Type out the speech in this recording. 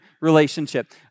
relationship